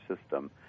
system